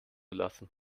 lassen